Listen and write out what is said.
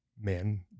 men